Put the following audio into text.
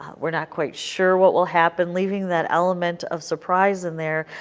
we are not quite sure what will happen leaving that element of surprise in there,